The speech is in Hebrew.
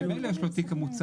תמיד יש לו את תיק המוצר,